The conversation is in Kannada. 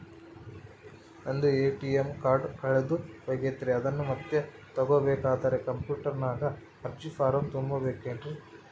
ನಂದು ಎ.ಟಿ.ಎಂ ಕಾರ್ಡ್ ಕಳೆದು ಹೋಗೈತ್ರಿ ಅದನ್ನು ಮತ್ತೆ ತಗೋಬೇಕಾದರೆ ಕಂಪ್ಯೂಟರ್ ನಾಗ ಅರ್ಜಿ ಫಾರಂ ತುಂಬಬೇಕನ್ರಿ?